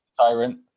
Tyrant